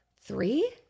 three